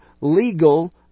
legal